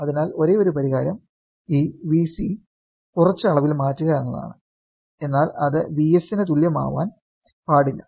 അതിനാൽ ഒരേയൊരു പരിഹാരം ഈ Vc കുറച്ചു അളവിൽ മാറ്റുക എന്നതാണ് എന്നാൽ അത് Vs ന് തുല്യമാവാൻ പാടില്ല